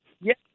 Yes